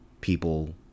people